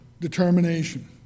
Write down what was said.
determination